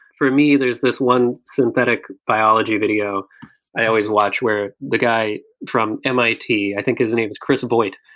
for me, there's this one synthetic biology video i always watch, where the guy from mit, i think his name is chris boyd.